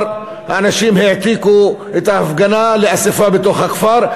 אנשים העתיקו את ההפגנה לאספה בתוך הכפר.